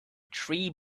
tree